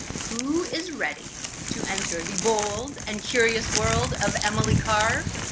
who is ready to enter the bold and curious world of emily carr?